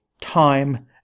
time